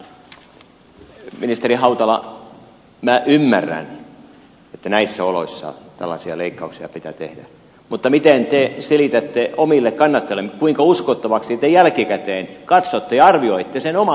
ministeri hautala minä ymmärrän että näissä oloissa tällaisia leikkauksia pitää tehdä mutta miten te selitätte omille kannattajillenne kuinka uskottavaksi te jälkikäteen katsotte ja arvioitte sen oman linjanne ja toimintanne